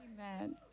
Amen